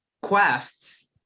quests